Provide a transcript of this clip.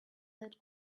that